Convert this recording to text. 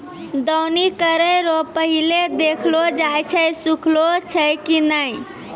दौनी करै रो पहिले देखलो जाय छै सुखलो छै की नै